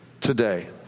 today